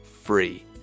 free